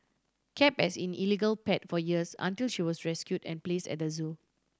kept as in illegal pet for years until she was rescued and placed at the zoo